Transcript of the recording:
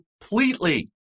completely